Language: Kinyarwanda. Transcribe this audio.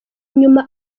nyuma